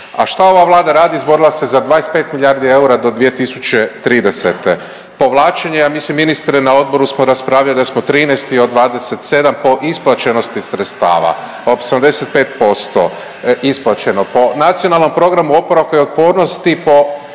A šta ova Vlada radi? Izborila se za 25 milijardi eura do 2030. Povlačenje, ja mislim, ministre, na odboru smo raspravljali, da smo 13. od 27. po isplaćenosti sredstava, oko 75%, isplaćeno, po Nacionalnom planu oporavka i otpornosti po